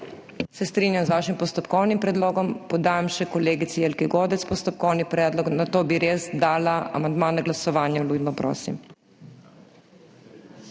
Se strinjam z vašim postopkovnim predlogom. Podajam še kolegici Jelki Godec postopkovni predlog, nato bi res dala amandma na glasovanje, vljudno prosim.